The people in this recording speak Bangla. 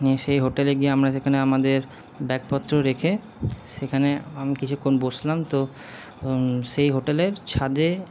নিয়ে সেই হোটেলে গিয়ে আমরা সেখানে আমাদের ব্যাগপত্র রেখে সেখানে আমি কিছুক্ষণ বসলাম তো সেই হোটেলের ছাদে